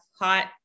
hot